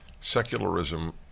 Secularism